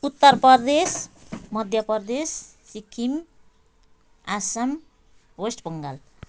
Uttar Pradesh Madhya Pradesh Sikkim Assam West Bengal